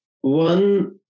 one